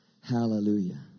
Hallelujah